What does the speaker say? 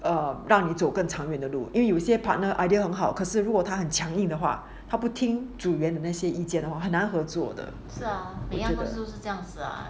um 让你走更长远的路因为有些很好可是如果他很强硬的话他不听主原的那些意见的话很难合作的